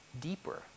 deeper